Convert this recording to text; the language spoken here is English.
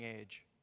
age